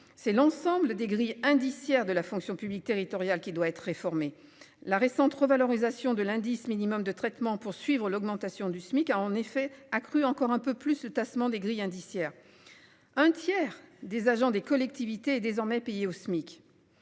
c'est l'ensemble des grilles indiciaires de la fonction publique territoriale qui doit être réformé. La récente revalorisation de l'indice minimum de traitement Poursuivre, l'augmentation du SMIC a en effet accru encore un peu plus ce tassement des grilles indiciaires. Un tiers des agents des collectivités et désormais payés au SMIC.